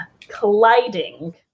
Colliding